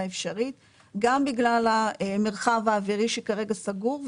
אפשרית גם בגלל המרחב האווירי שכרגע סגור.